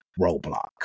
roadblock